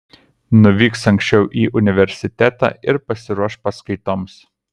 nuvyks anksčiau į universitetą ir pasiruoš paskaitoms